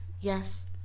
Yes